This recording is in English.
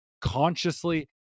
consciously